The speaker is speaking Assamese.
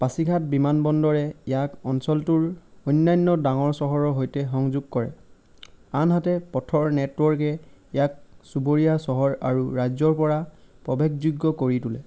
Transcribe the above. পাছিঘাট বিমানবন্দৰে ইয়াক অঞ্চলটোৰ অন্যান্য ডাঙৰ চহৰৰ সৈতে সংযোগ কৰে আনহাতে পথৰ নেটৱৰ্কে ইয়াক চুবুৰীয়া চহৰ আৰু ৰাজ্যৰ পৰা প্ৰৱেশযোগ্য কৰি তোলে